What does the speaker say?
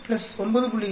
4 9